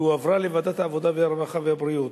והועברה לוועדת העבודה, הרווחה והבריאות.